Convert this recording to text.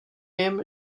jim